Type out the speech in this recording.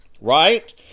right